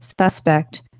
suspect